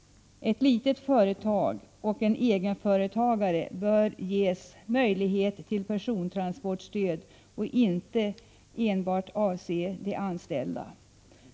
Ett litet företag och en egenföretagare bör ges möjlighet till persontransportstöd. Stödet bör inte enbart avse de anställda.